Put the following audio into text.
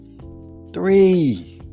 Three